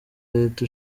leta